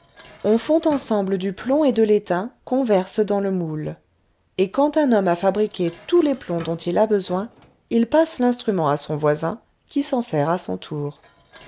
on fond ensemble au plomb et de l'étain qu'où verse dans le moule et quand un homme a fabriqué tous les plombs dont il a besoin il passe l'instrument à son voisin qui s'en sert à son tour